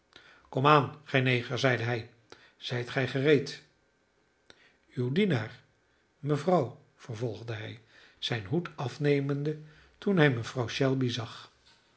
neger zeide hij zijt gij gereed uw dienaar mevrouw vervolgde hij zijn hoed afnemende toen hij mevrouw shelby zag